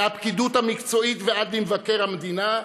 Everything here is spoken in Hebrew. מהפקידות המקצועית ועד למבקר המדינה,